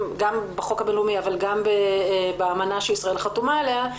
גם בחוק הבינלאומי וגם באמנה שישראל חתומה עליה,